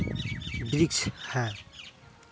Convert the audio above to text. वृक्ष है